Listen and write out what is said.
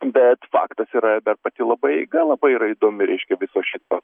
bet faktas yra dar pati labai eiga labai yra įdomi reiškia viso šito